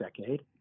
decade